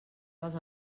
dels